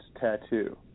tattoo